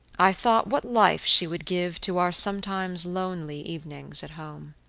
i thought what life she would give to our sometimes lonely evenings at home.